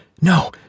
No